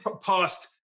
past